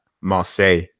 marseille